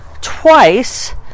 twice